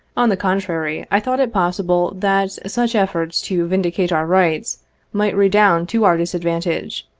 on the coutrary, i thought it possible that such efforts to vindicate our rights might redound to our disadvantage,